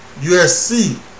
USC